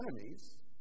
enemies